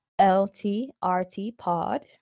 ltrtpod